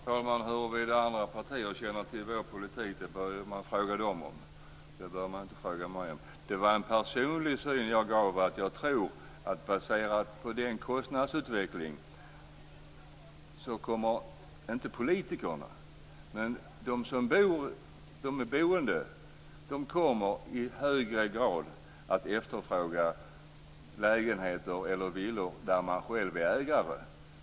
Fru talman! Huruvida andra partier känner till vår politik bör man fråga dem och inte mig om. Det var en personlig syn jag gav. Baserat på kostnadsutvecklingen kommer inte politikerna utan de boende att i högre grad efterfråga lägenheter eller villor där de själva är ägare.